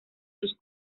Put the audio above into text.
sus